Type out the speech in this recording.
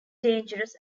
dangerous